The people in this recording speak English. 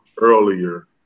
earlier